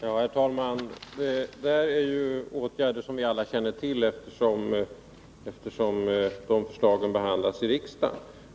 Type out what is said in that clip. Herr talman! Detta är åtgärder som vi alla känner till, eftersom de förslagen behandlas i riksdagen.